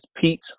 Pete